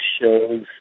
shows